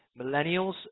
Millennials